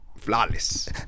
flawless